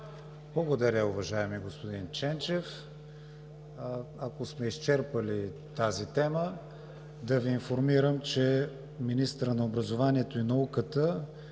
Благодаря, уважаеми господин Ченчев. Ако сме изчерпали тази тема, да Ви информирам, че министърът на образованието и науката